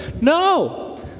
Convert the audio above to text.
No